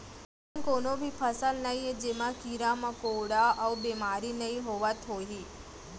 अइसन कोनों भी फसल नइये जेमा कीरा मकोड़ा अउ बेमारी नइ होवत होही